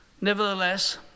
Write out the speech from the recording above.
Nevertheless